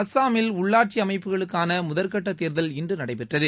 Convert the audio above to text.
அஸ்ஸாமில் உள்ளாட்சி அமைப்புகளுக்கான முதற்கட்ட தேர்தல் இன்று நடைபெற்றது